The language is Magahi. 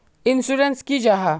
इंश्योरेंस की जाहा?